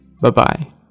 Bye-bye